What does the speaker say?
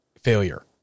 failure